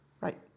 Right